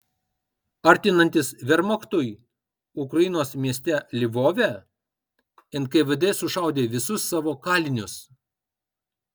artinantis vermachtui ukrainos mieste lvove nkvd sušaudė visus savo kalinius